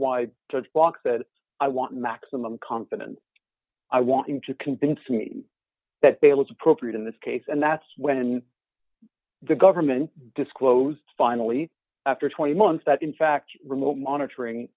to walk that i want maximum confidence i want him to convince me that there was appropriate in this case and that's when the government disclosed finally after twenty months that in fact remote monitoring